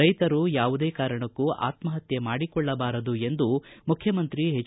ರೈತರು ಯಾವುದೇ ಕಾರಣಕ್ಕೂ ಆತ್ಮಹತ್ತೆ ಮಾಡಿಕೊಳ್ಳಬಾರದು ಎಂದು ಮುಖ್ಯಮಂತ್ರಿ ಹೆಚ್